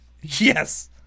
yes